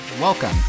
Welcome